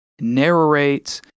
narrates